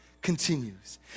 continues